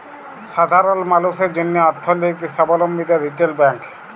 সাধারল মালুসের জ্যনহে অথ্থলৈতিক সাবলম্বী দেয় রিটেল ব্যাংক